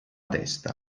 testa